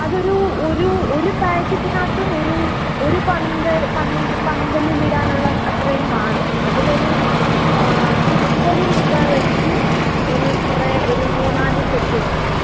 അതൊരു ഒരു ഒരു പാക്കറ്റിനകത്ത് ഒരു ഒരു പന്തൽ പന്ത് പന്തലിലിടാനുള്ള അത്രേം കാണും അതിനൊരു മുപ്പത് രൂപാ വെച്ച് ഒരു റേ ഒരു മൂന്ന് നാല് സെറ്റ് കാണും